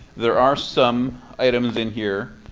there are some items in here.